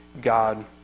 God